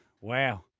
wow